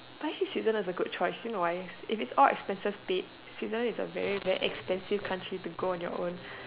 but actually Switzerland is a good choice do you know why if it's all expenses paid Switzerland is a very very expensive country to go all on your own